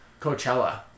Coachella